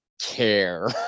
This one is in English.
care